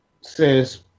says